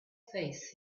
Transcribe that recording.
face